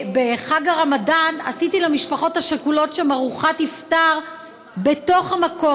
בחג הרמדאן עשיתי למשפחות השכולות שם ארוחת איפטר בתוך המקום.